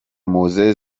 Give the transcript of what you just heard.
موضع